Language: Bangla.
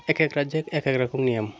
এক এক রাজ্যে এক এক রকম নিয়ম